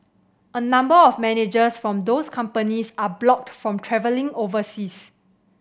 a number of managers from those companies are blocked from travelling overseas